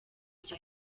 cya